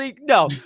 No